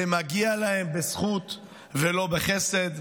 וזה מגיע להם בזכות ולא בחסד.